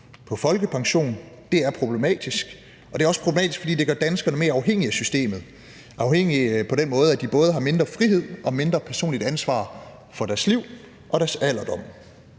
og det er også problematisk, fordi det gør danskerne mere afhængige af systemet; afhængige på den måde, at de både har mindre frihed og mindre personligt ansvar for deres liv og deres alderdom.